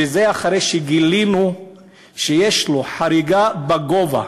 וזה אחרי שגילינו שיש שלו חריגה בגובה.